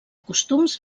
costums